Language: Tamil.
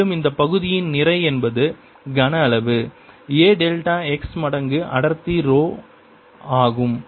மேலும் இந்த பகுதியின் நிறை என்பது கன அளவு A டெல்டா x மடங்கு அடர்த்தி ரோ ஆகும்